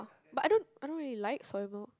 but I don't I don't really like soy milk